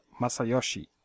Masayoshi